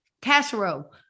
casserole